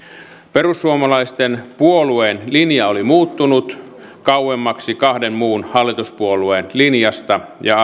perussuomalaisten puolueen linja oli muuttunut kauemmaksi kahden muun hallituspuolueen linjasta ja